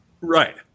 right